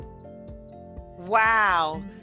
Wow